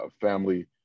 family